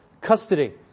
custody